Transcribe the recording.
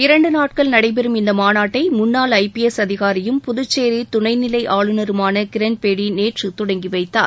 இரண்டு நாட்கள் நடைபெறும் இந்த மாநாட்டை முன்னாள் ஐபிஎஸ் அதிகாரியும் புதுச்சேரி துணைநிலை ஆளுநருமான கிரண்பேடி நேற்று தொடங்கி வைத்தார்